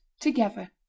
together